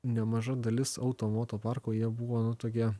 nemaža dalis auto moto parko jie buvo nu tokie